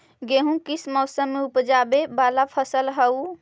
गेहूं किस मौसम में ऊपजावे वाला फसल हउ?